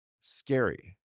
scary